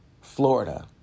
Florida